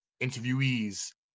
interviewees